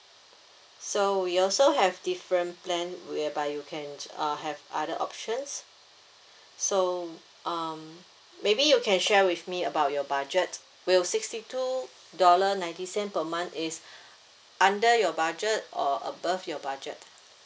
so we also have different plan whereby you can uh have other options so um maybe you can share with me about your budget will sixty two dollar ninety cent per month is under your budget or above your budget